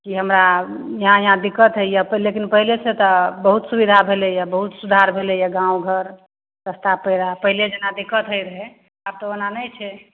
कि हमरा यहाँ यहाँ दिक्कत होइए लेकिन पहिलेसे तऽ बहुत सुविधा भेलैए बहुत सुधार भेलैए गामघर रस्ता पेड़ा पहिले जेना दिक्कत होइ रहै आब तऽ ओना नहि छै